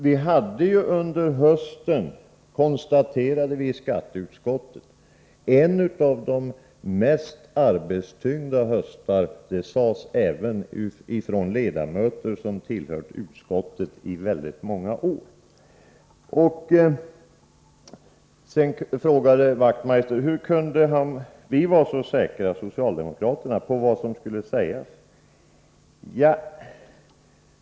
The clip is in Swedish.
Vi konstaterade ju i skatteutskottet att vi hade en av de mest arbetstyngda höstarna, något som också ledamöter som tillhört utskottet i väldigt många år intygade. Knut Wachtmeister frågade hur vi socialdemokrater kunde vara så säkra på vad som skulle sägas.